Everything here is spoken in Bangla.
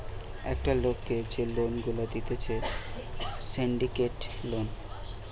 একটা লোককে যে লোন গুলা দিতেছে সিন্ডিকেট লোন